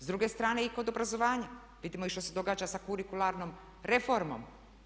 S druge strane i kod obrazovanja vidimo i što se događa sa kurikularnom reformom.